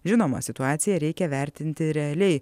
žinoma situaciją reikia vertinti realiai